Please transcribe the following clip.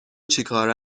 چیکاره